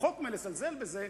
רחוק מלזלזל בזה,